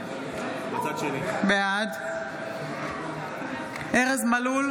בעד ארז מלול,